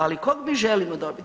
Ali kog mi želimo dobit?